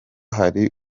hari